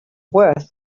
worth